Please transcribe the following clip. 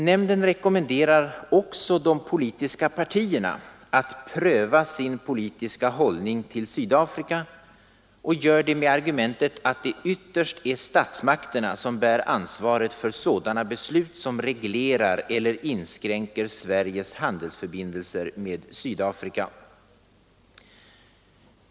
Nämnden rekommenderar också de politiska partierna att pröva sin politiska hållning till Sydafrika och gör det med argumentet att det ytterst är statsmakterna som bär ansvaret för sådana beslut som reglerar eller inskränker Sveriges handelsförbindelser med Sydafrika.